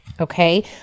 okay